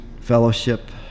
fellowship